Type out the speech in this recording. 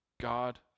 God